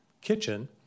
kitchen